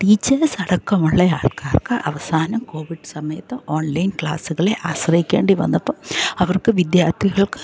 teachers അടക്കം ഉള്ളയാൾക്കാർക്ക് അവസാനം കോവിഡ് സമയത്ത് ഓൺലൈൻ ക്ലാസ്സ്കളെ ആശ്രയിക്കേണ്ടി വന്നപ്പം അവർക്ക് വിദ്യാർത്ഥികൾക്ക് എല്ലാം